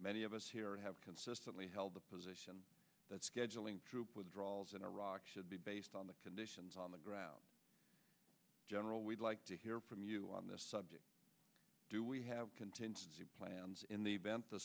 many of us here have consistently held the position that scheduling troop withdrawals in iraq should be based on the conditions on the ground general we'd like to hear from you on this subject do we have contingency plans in the event the